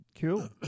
Cool